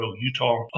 Utah